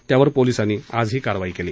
त्यावर पोलिसांनी आज ही कारवाई केली